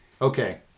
Okay